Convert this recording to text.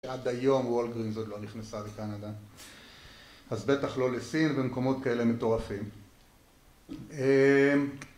עד היום וולגרינס עוד לא נכנסה לקנדה אז בטח לא לסין ובמקומות כאלה מטורפים